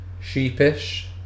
Sheepish